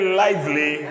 lively